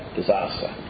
disaster